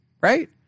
Right